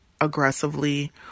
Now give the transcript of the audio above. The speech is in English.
aggressively